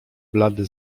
blady